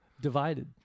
divided